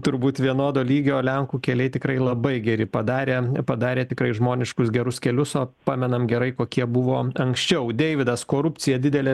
turbūt vienodo lygio lenkų keliai tikrai labai geri padarė padarė tikrai žmoniškus gerus kelius o pamenam gerai kokie buvom anksčiau deividas korupcija didelė